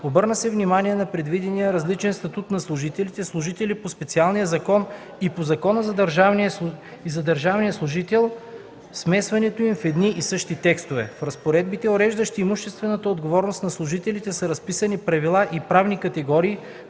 Обърна се внимание на предвидения различен статут на служителите – служители по специалния закон и по Закона за държавния служител и смесването им в едни и същи текстове. В разпоредбите, уреждащи имуществената отговорност на служителите, са разписани правила и правни категории,